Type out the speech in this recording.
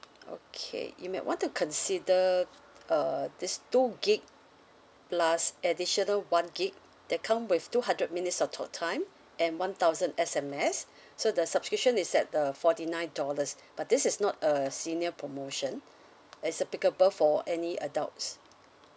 okay you may want to consider err this two gig plus additional one gig that come with two hundred minutes of talk time and one thousand S_M_S so the subscription is at the forty nine dollars but this is not a senior promotion it's applicable for any adults